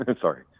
Sorry